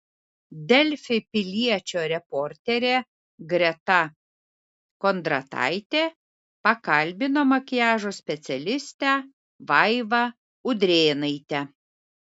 delfi piliečio reporterė greta kondrataitė pakalbino makiažo specialistę vaivą udrėnaitę